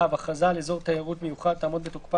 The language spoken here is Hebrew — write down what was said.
(ו)הכרזה על אזור תיירות מיוחד תעמוד בתוקפה